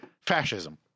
fascism